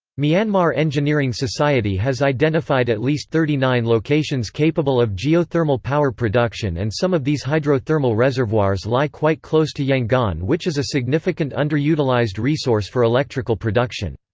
myanmar engineering society has identified at least thirty nine locations capable of geothermal power production and some of these hydrothermal reservoirs lie quite close to yangon which is a significant underutilized resource for electrical production.